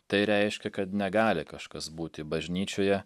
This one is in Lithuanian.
tai reiškia kad negali kažkas būti bažnyčioje